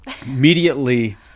immediately